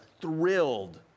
thrilled